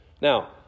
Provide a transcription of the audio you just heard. Now